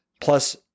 Plus